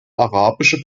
arabische